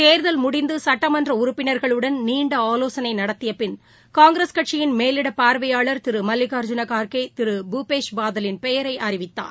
தேர்தல் முடிந்து சட்டமன்ற உறுப்பினர்களுடன் நீண்ட ஆலோசனை நடத்திய பின் காங்கிரஸ் கட்சியின் மேலிடப் பார்வையாளர் திரு மல்லிகார்ஜூன கார்கே திரு பூபேஷ் பாதலின் பெயரை அறிவித்தார்